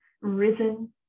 risen